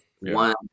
one